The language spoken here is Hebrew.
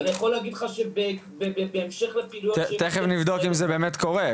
ואני יכול להגיד לך שבהמשך לפעילויות --- תיכף נבדוק אם זה באמת קורה.